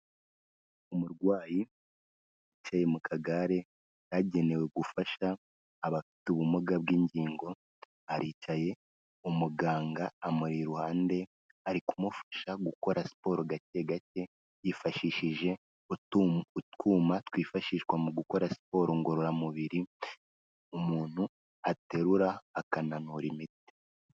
Umurwayi wicaye mu kagare kagenewe gufasha abafite ubumuga bw'ingingo, aricaye umuganga amuri iruhande, ari kumufasha gukora siporo gake gake yifashishije utwuma twifashishwa mu gukora siporo ngororamubiri, umuntu aterura akananura imitsi.